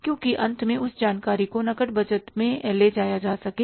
ताकि अंत में उस जानकारी को नकद बजट में ले जाया जा सके